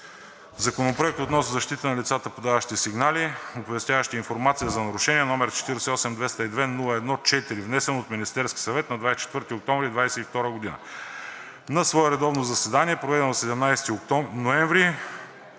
Законопроект за защита на лицата, подаващи сигнали или публично оповестяващи информация за нарушения, № 48-202-01-4, внесен от Министерския съвет на 24 октомври 2022 г. На свое редовно заседание, проведено на 17 ноември